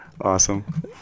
Awesome